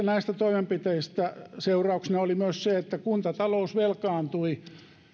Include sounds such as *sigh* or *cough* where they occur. *unintelligible* näistä toimenpiteistä seurauksena oli myös se että kuntatalous velkaantui